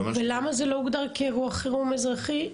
ולמה זה לא הוגדר כאירוע חירום אזרחי?